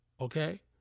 Okay